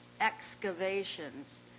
excavations